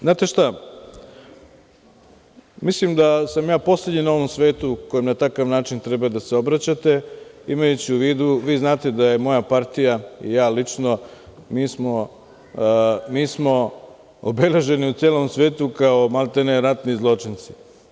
Znate šta, mislim da sam ja poslednji na ovom svetu kome na takav način treba da se obraćate, imajući u vidu, vi znate da je moja partija i ja lično, mi smo obeleženi u celom svetu kao, maltene, ratni zločinci.